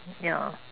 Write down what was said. ya